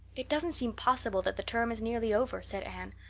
it doesn't seem possible that the term is nearly over, said anne.